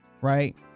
right